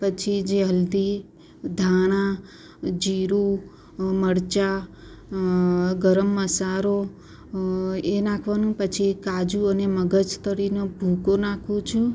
પછી જે હલ્દી ધાણા જીરું મરચા ગરમ મસાલો એ નાખવાનું પછી કાજુ અને મગજતરીનો ભૂકો નાખું છું